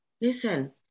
listen